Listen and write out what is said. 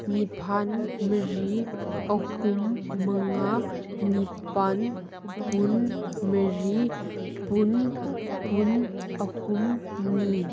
ꯅꯤꯄꯥꯜ ꯃꯔꯤ ꯑꯍꯨꯝ ꯃꯉꯥ ꯅꯤꯄꯥꯜ ꯐꯨꯟ ꯃꯔꯤ ꯐꯨꯟ ꯐꯨꯟ ꯑꯍꯨꯝꯅꯤ